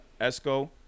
Esco